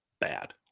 bad